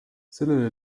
sellele